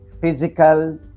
physical